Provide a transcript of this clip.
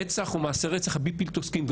הרצח הוא מעשי רצח בלתי פוסקים.